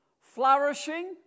flourishing